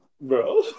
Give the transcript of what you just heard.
Bro